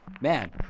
Man